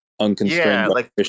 unconstrained